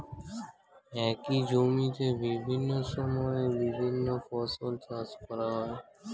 একই জমিতে বিভিন্ন সময়ে বিভিন্ন ফসল চাষ করা যায়